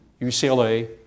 UCLA